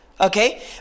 Okay